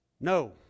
No